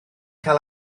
cael